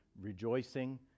rejoicing